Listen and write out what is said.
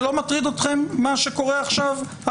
מה שקורה עכשיו לא מטריד אתכם,